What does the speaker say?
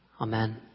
Amen